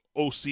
OC